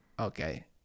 Okay